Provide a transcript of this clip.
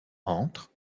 entre